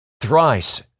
thrice